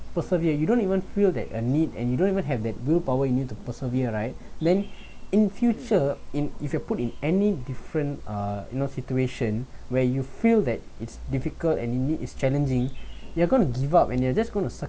persevere you don't even feel there's a need and you don't even have that willpower you need to persevere right then in future in if you put in any different uh you know situation where you feel that it's difficult and you know is challenging you are going to give up and you're just going to